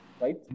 Right